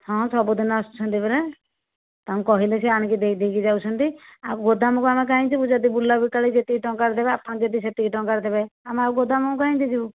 ହଁ ସବୁଦିନ ଆସୁଛନ୍ତି ପରା ତାଙ୍କୁ କହିଲେ ସେ ଆଣିକି ଦେଇଦେଇ କି ଯାଉଛନ୍ତି ଆଉ ଗୋଦାମକୁ ଆମେ କାହିଁ ଯିବୁ ଯଦି ବୁଲା ବିକାଳୀ ଯେତିକି ଟଙ୍କାରେ ଦେବେ ଆପଣ ଯଦି ସେତିକି ଟଙ୍କାରେ ଦେବେ ଆମେ ଗୋଦାମକୁ ଆଉ କାହିଁକି ଯିବୁ